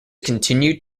continued